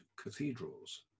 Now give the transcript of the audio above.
cathedrals